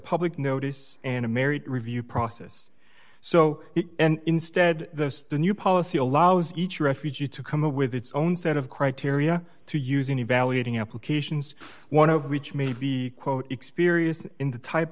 public notice and a married review process so instead the new policy allows each refugee to come up with its own set of criteria to use in evaluating applications one of which may be quote experienced in the type